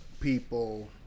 people